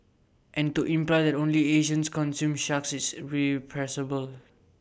and to imply that only Asians consume sharks is